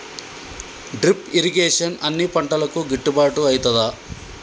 Drip irrigation అన్ని పంటలకు గిట్టుబాటు ఐతదా?